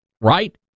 right